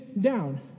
down